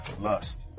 lust